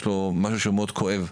יש לו משהו שמאוד כואב,